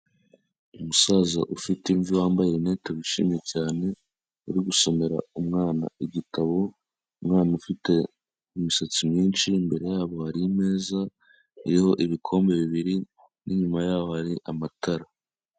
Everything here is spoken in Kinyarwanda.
Umusaza ufite imvi wambaye rinete wishimye cyane, uri gusomera umwana igitabo, umwana ufite imisatsi myinshi, imbere yabo hari imeza iriho ibikombe bibiri, n'inyuma yabo hari amatara.